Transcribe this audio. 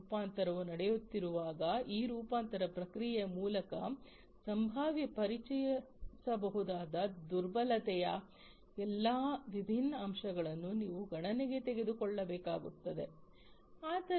ಈ ರೂಪಾಂತರವು ನಡೆಯುತ್ತಿರುವಾಗ ಈ ರೂಪಾಂತರ ಪ್ರಕ್ರಿಯೆಯ ಮೂಲಕ ಸಂಭಾವ್ಯವಾಗಿ ಪರಿಚಯಿಸಬಹುದಾದ ದುರ್ಬಲತೆಯ ಎಲ್ಲಾ ವಿಭಿನ್ನ ಅಂಶಗಳನ್ನು ನೀವು ಗಣನೆಗೆ ತೆಗೆದುಕೊಳ್ಳಬೇಕಾಗುತ್ತದೆ